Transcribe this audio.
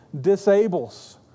disables